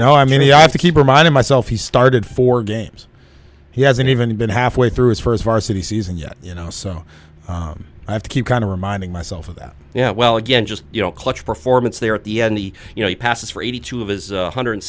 know i mean i have to keep reminding myself he started four games he hasn't even been halfway through his first varsity season yet you know so i have to keep kind of reminding myself of that you know well again just you know clutch performance there at the end the you know it passes for eighty two of his one hundred